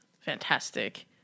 fantastic